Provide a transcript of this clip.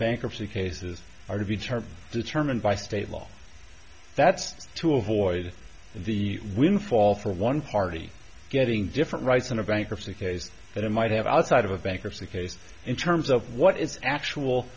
bankruptcy cases are to be termed determined by state law that's to avoid the windfall for one party getting different rights in a bankruptcy case that it might have outside of a bankruptcy case in terms of what its actual